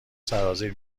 سرازیر